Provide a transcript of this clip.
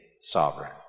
sovereign